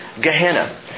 Gehenna